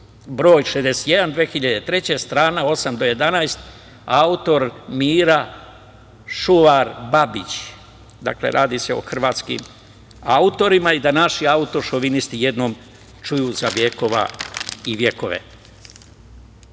broj 61, 2003, strane 8-11, autor Mira Šuar Babić. Dakle, radi se o hrvatskim autorima i da naši autošovinisti jednom čuju za vekova i vekove. Bivši